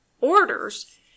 orders